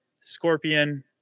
Scorpion